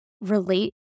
relate